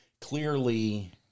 Clearly